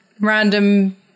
random